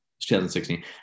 2016